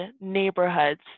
neighborhoods